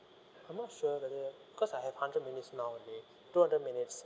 I'm not sure whether cause I have hundred minutes now two hundred minutes